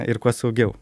ir kuo saugiau